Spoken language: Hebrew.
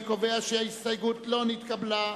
אני קובע שההסתייגות לא נתקבלה.